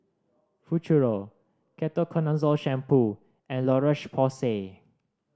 Futuro Ketoconazole Shampoo and La Roche Porsay